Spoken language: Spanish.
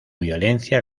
violencia